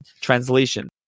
translation